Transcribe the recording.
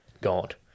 God